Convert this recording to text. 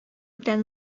белән